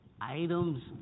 items